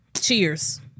Cheers